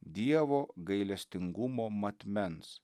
dievo gailestingumo matmens